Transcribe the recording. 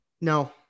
No